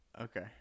Okay